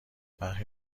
برخی